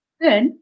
good